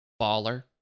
baller